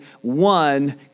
one